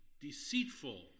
deceitful